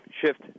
shift